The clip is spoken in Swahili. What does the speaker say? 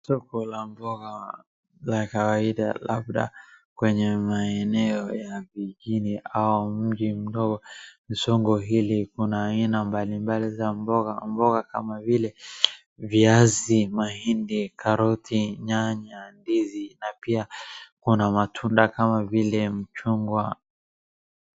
Soko la mboga la kawaida labda kwenye maeneo na vijijini au mji mdogo. Soko hili kuna aina mbali mbali za mboga mboga kama vile viazi, mahindi, karoti, nyanya, ndizi na pia kuna matunda kama vile machungwa.